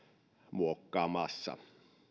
muokkaamassa